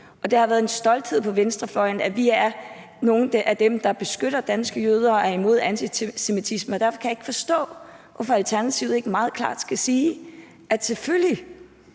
Det har været en stolthed på venstrefløjen, at vi er nogle af dem, der beskytter danske jøder og er imod antisemitisme, og derfor kan jeg ikke forstå, hvorfor Alternativet ikke meget klart kan sige, at selvfølgelig